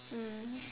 mm